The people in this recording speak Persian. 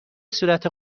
صورت